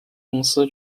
公司